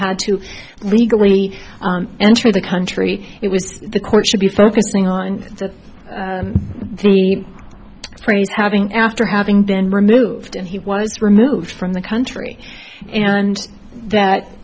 had to legally enter the country it was the court should be focusing on that phrase having after having been removed and he was removed from the country and that